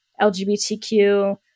LGBTQ